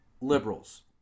liberals